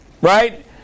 right